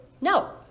No